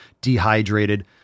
dehydrated